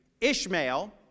Ishmael